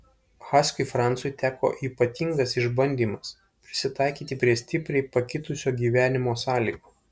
haskiui francui teko ypatingas išbandymas prisitaikyti prie stipriai pakitusio gyvenimo sąlygų